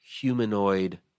humanoid